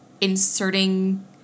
inserting